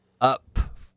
up